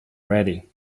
ready